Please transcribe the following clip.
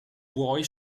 buoi